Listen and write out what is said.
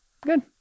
good